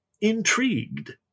intrigued